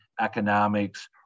economics